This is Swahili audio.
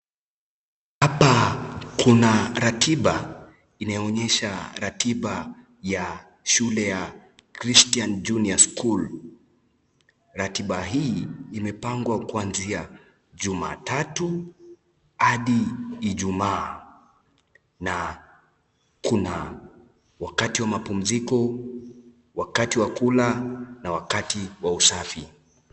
Hapa kuna ratiba inayoonyesha ratiba ya shule ya Christian Junior School . Ratiba hii imepangwa kwanzia Juma tatu hadi Ijumaa na kuna wakati wa mapumziko, wakati wa kula na wakati wa usafi.